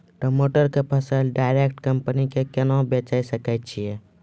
टमाटर के फसल डायरेक्ट कंपनी के केना बेचे सकय छियै?